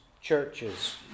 churches